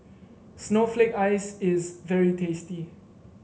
Snowflake Ice is very tasty